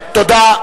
תודה.